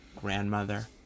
grandmother